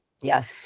Yes